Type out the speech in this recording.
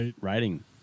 Writing